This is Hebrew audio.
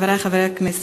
חברי חברי הכנסת,